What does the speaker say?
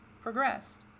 progressed